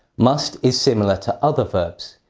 must is similar to other verbs.